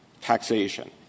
taxation